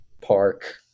park